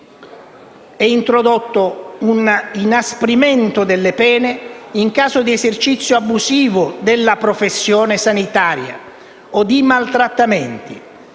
È introdotto un inasprimento delle pene in caso di esercizio abusivo della professione sanitaria o di maltrattamenti